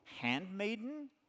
handmaiden